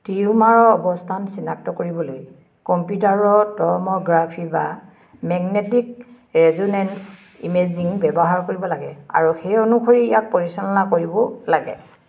টিউমাৰৰ অৱস্থান চিনাক্ত কৰিবলৈ কম্পিউটাৰ ট'ম'গ্ৰাফী বা মেগনেটিক ৰেজোনেন্স ইমেজিং ব্যৱহাৰ কৰিব লাগে আৰু সেই অনুসৰি ইয়াক পৰিচালনা কৰিব লাগে